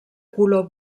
color